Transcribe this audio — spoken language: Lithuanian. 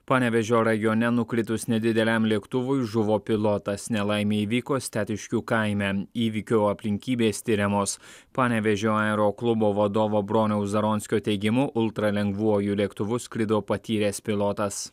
panevėžio rajone nukritus nedideliam lėktuvui žuvo pilotas nelaimė įvyko stetiškių kaime įvykio aplinkybės tiriamos panevėžio aeroklubo vadovo broniaus zaronskio teigimu ultralengvuoju lėktuvu skrido patyręs pilotas